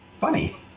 funny